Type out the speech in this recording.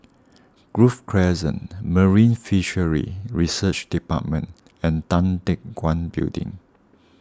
Grove Crescent Marine Fisheries Research Department and Tan Teck Guan Building